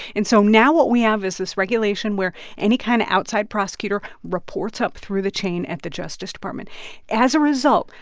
and so now what we have is this regulation where any kind of outside prosecutor reports up through the chain at the justice department as a result,